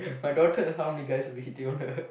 my daughter how many guys will be hitting on her